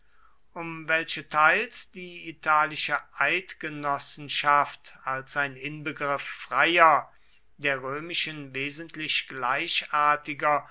um welche teils die italische eidgenossenschaft als ein inbegriff freier der römischen wesentlich gleichartiger